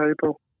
people